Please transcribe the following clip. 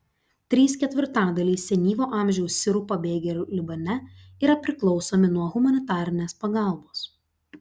trys ketvirtadaliai senyvo amžiaus sirų pabėgėlių libane yra priklausomi nuo humanitarės pagalbos